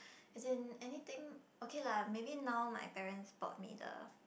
as in anything okay lah maybe now my parents bought me the